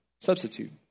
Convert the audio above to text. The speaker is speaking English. substitute